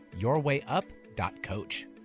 yourwayup.coach